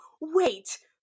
wait